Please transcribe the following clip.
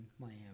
Miami